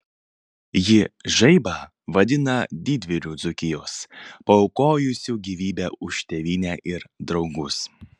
ji žaibą vadina didvyriu dzūkijos paaukojusiu gyvybę už tėvynę ir draugus